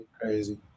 Crazy